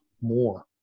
more